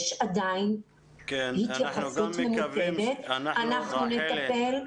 יש עדיין התייחסות ממוקדת -- אנחנו גם מקווים רחלי